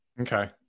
Okay